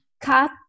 cut